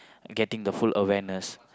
getting the full awareness